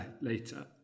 later